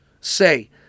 say